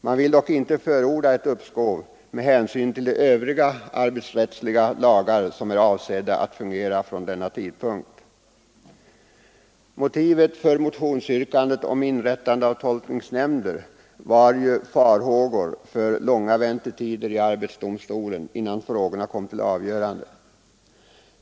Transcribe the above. Man vill dock inte förorda ett uppskov med hänsyn till de övriga arbetsrättsliga lagar som är avsedda att fungera från denna tidpunkt. Motivet för motionsyrkandet om inrättande av tolkningsnämnder var farhågor för långa väntetider i arbetsdomstolen innan frågorna kom till avgörande.